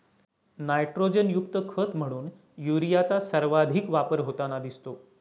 नायट्रोजनयुक्त खत म्हणून युरियाचा सर्वाधिक वापर होताना दिसतो